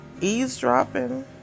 eavesdropping